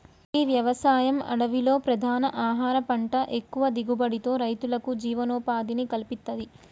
గీ వ్యవసాయం అడవిలో ప్రధాన ఆహార పంట ఎక్కువ దిగుబడితో రైతులకు జీవనోపాధిని కల్పిత్తది